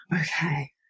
okay